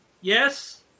Yes